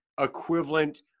equivalent